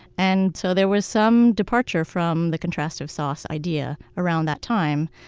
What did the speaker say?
and so there was some departure from the contrastive sauce idea around that time.